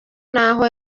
n’aho